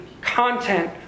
content